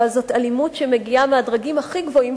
אבל זו אלימות שמגיעה מהדרגים הכי גבוהים